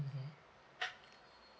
mmhmm